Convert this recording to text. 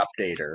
updater